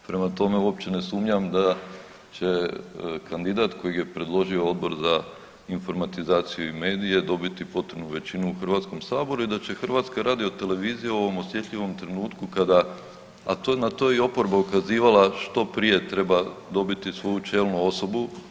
Prema tome, uopće ne sumnjam da će kandidat kojeg je predložio Odbor za informatizaciju i medije dobiti potrebnu većinu u Hrvatskom saboru i da će Hrvatska radiotelevizija u ovom osjetljivom trenutku kada, a na to je i oporba ukazivala što prije treba dobiti svoju čelnu osobu.